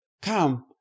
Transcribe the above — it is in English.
Come